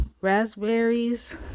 Raspberries